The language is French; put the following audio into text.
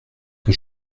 que